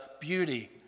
beauty